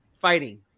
fighting